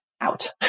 out